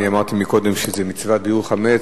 אני אמרתי קודם שזה מצוות ביעור חמץ.